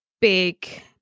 big